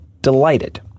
delighted